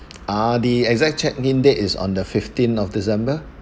uh the exact checked in date is on the fifteen of december